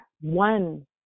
one